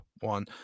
one